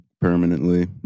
permanently